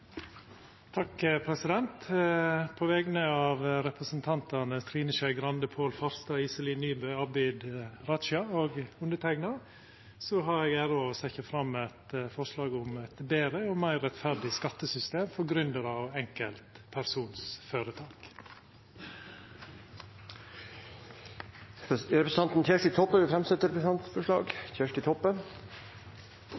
På vegner av representantane Trine Skei Grande, Pål Farstad, Iselin Nybø, Abid Q. Raja og underteikna har eg æra av å setja fram eit forslag om eit betre og meir rettferdig skattesystem for gründerar og enkeltpersonføretak. Representanten Kjersti Toppe vil framsette et representantforslag.